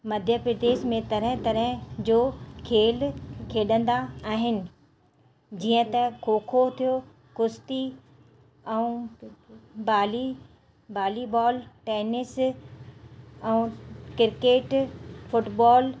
मध्य प्रदेश में तरह तरह जो खेल खेॾंदा आहिनि जीअं त खो खो थियो कुश्ती ऐं बाली बाली बॉल टेनिस ऐं किर्केट फुटबॉल